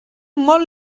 molt